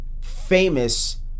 famous